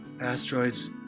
asteroids